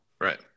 Right